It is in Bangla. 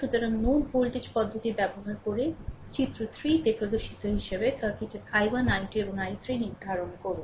সুতরাং নোড ভোল্টেজ পদ্ধতি ব্যবহার করে চিত্র 3 তে প্রদর্শিত হিসাবে সার্কিটের i1 i2 এবং i3 নির্ধারণ করুন